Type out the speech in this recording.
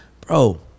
bro